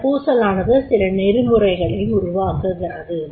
இந்தப் பூசலானது சில நெறிமுறைகளை உருவாக்குகிறது